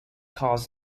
cause